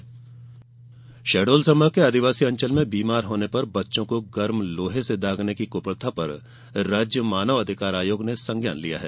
मानवाधिकार आयोग शहडोल संभाग के आदिवासी अंचल में बीमार होने पर बच्चों को गर्म लोहे से दागने की कुप्रथा पर राज्य मानव अधिकार आयोग ने संज्ञान लिया है